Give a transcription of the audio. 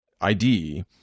ID